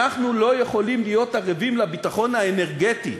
אנחנו לא יכולים להיות ערבים לביטחון האנרגטי,